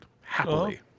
Happily